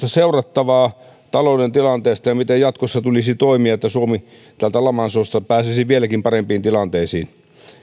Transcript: seurattavaa tämä keskustelu talouden tilanteesta ja siitä miten jatkossa tulisi toimia että suomi täältä laman suosta pääsisi vieläkin parempiin tilanteisiin